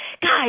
Guys